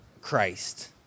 Christ